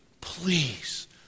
please